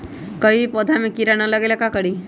कभी भी पौधा में कीरा न लगे ये ला का करी?